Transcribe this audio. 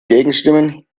gegenstimmen